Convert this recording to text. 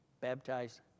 baptized